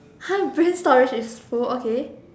!huh! brain storage is full okay